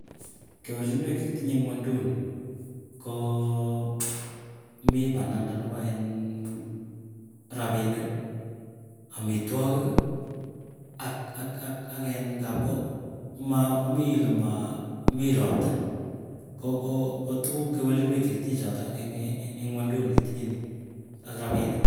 Kewelchinwek chekitinye eng ng'enduni koo mii pananda nepo iin rapiniki, amitwokik, ak ak ak en ngapko komaa komii ole mami ropta koo ko tukuk che chewelenwek chekitinye chotoken eng wenduni kitinye nii ak rapinik.